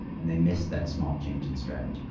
and they missed that small change in strategy.